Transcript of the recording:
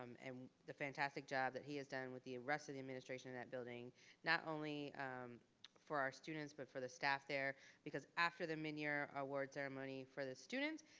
and the fantastic job that he has done with the rest of the administration in that building not only for our students, but for the staff there because after the midyear award ceremony for the students,